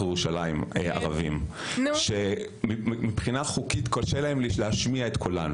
ירושלים שמבחינה חוקית קשה להם להשמיע את קולם.